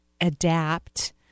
adapt